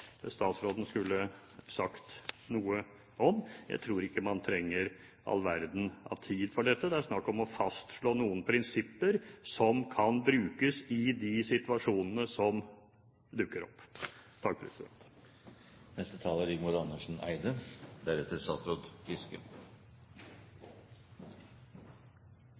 statsråden vil si noe om. Jeg tror ikke man trenger all verdens tid på dette. Det er snakk om å fastslå noen prinsipper som kan brukes i de situasjonene som dukker opp.